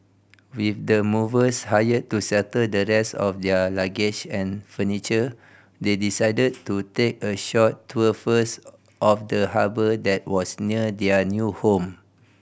with the movers hired to settle the rest of their luggage and furniture they decided to take a short tour first of the harbour that was near their new home